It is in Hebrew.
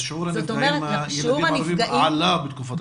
שיעור הנפגעים בילדים ערבים עלה בתקופת הקורונה.